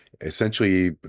essentially